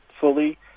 fully